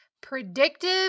predictive